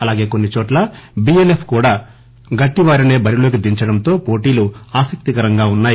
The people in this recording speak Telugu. అలాగే కొన్నిచోట్ల బిఎల్ఎఫ్ కూడా గట్టివారిసే బరిలోకి దించడంతో పోటీలు ఆసక్తికరంగా ఉన్నాయి